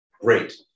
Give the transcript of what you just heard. Great